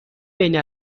بین